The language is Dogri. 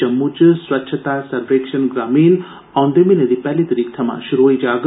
जम्मू च स्वच्छता सर्वेक्षण ग्रामीण औंदे म्हीने दी पैहली तरीक थमां शुरु होई जाग